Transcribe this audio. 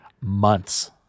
months